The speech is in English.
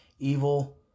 evil